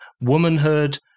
womanhood